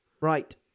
Right